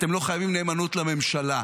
אתם לא חייבים נאמנות לממשלה.